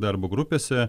darbo grupėse